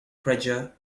treasure